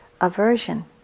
aversion